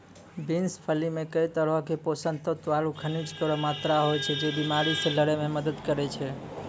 beans फली मे कई तरहो क पोषक तत्व आरु खनिज केरो मात्रा होय छै, जे बीमारी से लड़ै म मदद करै छै